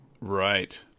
Right